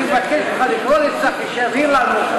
אני מבקש ממך לקרוא לצחי שיבהיר לנו,